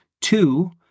Two